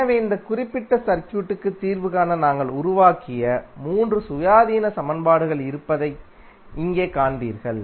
எனவே இந்த குறிப்பிட்ட சர்க்யூட்க்கு தீர்வு காண நாங்கள் உருவாக்கிய 3 சுயாதீன சமன்பாடுகள் இருப்பதை இங்கே காண்பீர்கள்